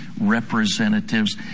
representatives